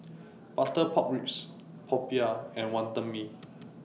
Butter Pork Ribs Popiah and Wonton Mee